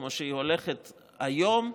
כמו שהיא הולכת היום,